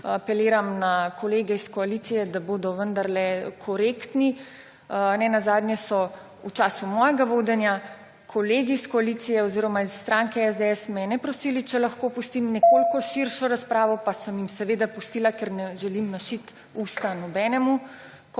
apeliram tudi na kolege iz koalicije, da bodo vendarle korektni. Ne nazadnje so v času mojega vodenja kolegi iz koalicije oziroma iz stranke SDS mene prosili, če lahko dopustim nekoliko širšo razpravo, pa sem jim seveda pustila, ker ne želim mašiti ust nobenemu.